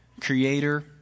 Creator